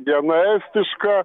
viena estiška